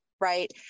right